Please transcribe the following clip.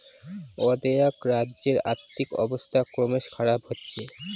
অ্দেআক রাজ্যের আর্থিক ব্যবস্থা ক্রমস খারাপ হচ্ছে